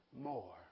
more